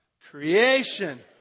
Creation